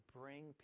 bring